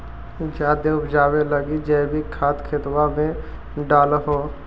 जायदे उपजाबे लगी जैवीक खाद खेतबा मे डाल हो?